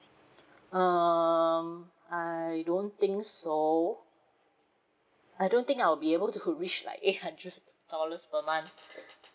um I don't think so I don't think I'll be able to reach like eight hundred dollars per month